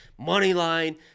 Moneyline